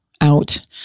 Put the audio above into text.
out